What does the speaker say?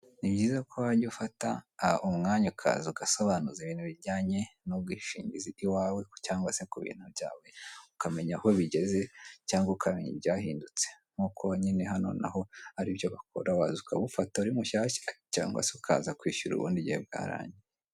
Ni byiza ko wajya ufata umwanya ukaza ugasobanuza ibintu bijyanye n'ubwishingizi iwawe cyangwa se ku bintu byawe ukamenya aho bigeze cyangwa ukamenya byahindutse, nkuko nyine hano naho aribyo bakora uri mushyashya cyangwa se ukaza kwishyura ubundi igihe bwarangiye.